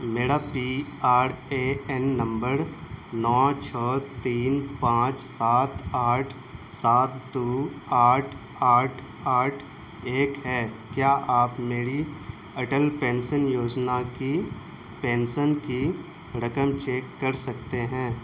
میرا P R A N number نو چھ تین پانچ سات آٹھ سات دو آٹھ آٹھ آٹھ ایک ہے کیا آپ میری اٹل پینسن یوجنا کی پینسن کی رقم چیک کر سکتے ہیں